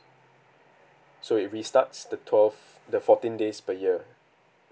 so if he starts the twelve the fourteen days per year